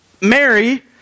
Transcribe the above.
Mary